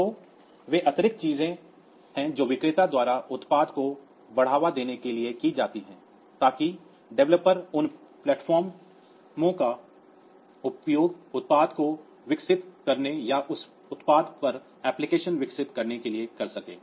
तो वे अतिरिक्त चीजें हैं जो विक्रेता द्वारा उत्पाद को बढ़ावा देने के लिए की जाती हैं ताकि डेवलपर्स उन प्लेटफार्मों का उपयोग उत्पाद को विकसित करने या उस उत्पाद पर एप्लिकेशन विकसित करने के लिए कर सकें